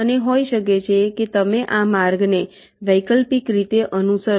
અને હોઈ શકે કે તમે આ માર્ગને વૈકલ્પિક રીતે અનુસરો